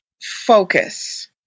Focus